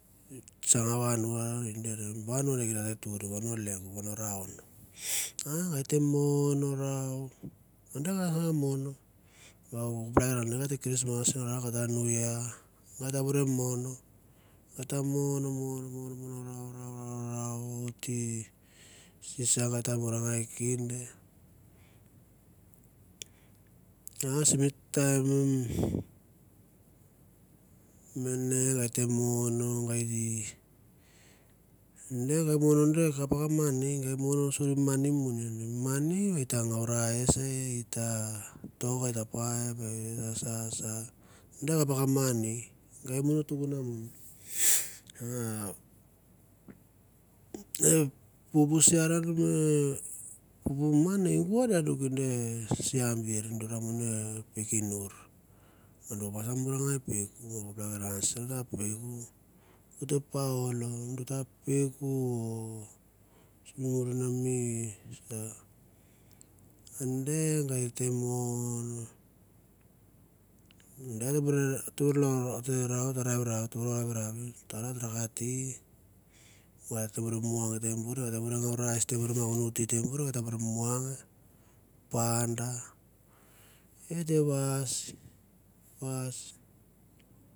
Tsanga vanua it deria vanua leong, vano round. A gai te mon rau ande ngas mon, ne ate krismas rakot a niu year. Gai ta mon mon mon rau rau rau te sis gat ta murangai kende. A simi taim mene gai te mono gai te ande mon ande kap ma mani, gai mon ruse mi moni mi ande, mi mani eta ngau rice, ita tok ita paipe ita sasa ande kap ka mani gai mono tukon mo. A pupu sharon me pupu man igua ne gor nikinde i siaber dur ra mon e pikinar a do kap ngas murangai peuk a kap lakiran sisa ta peuk, u te paulo du ta peuk u o. Si muren mi ande gai te mon ande ate buret tair va tete ravirau tara tara kati va oit ta bure muang tembuer, tembuer ngo rice tembuer me unu tea tembuer o tamba ra muang, panda et ta vas vas